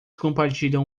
compartilham